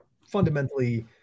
fundamentally